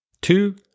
Two